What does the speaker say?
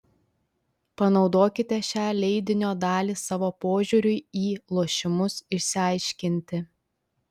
panaudokite šią leidinio dalį savo požiūriui į lošimus išsiaiškinti